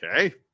Okay